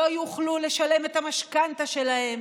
שלא יוכלו לשלם את המשכנתה שלהם,